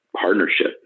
partnership